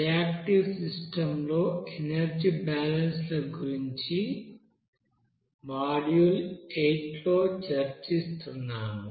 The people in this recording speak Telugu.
రియాక్టివ్ సిస్టమ్ లో ఎనర్జీ బాలన్స్ ల గురించి మాడ్యూల్ ఎనిమిది లో చర్చిస్తున్నాము